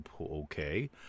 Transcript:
okay